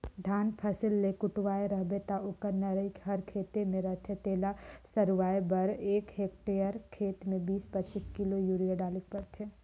धान फसिल ल कटुवाए रहबे ता ओकर नरई हर खेते में रहथे तेला सरूवाए बर एक हेक्टेयर खेत में बीस पचीस किलो यूरिया डालेक परथे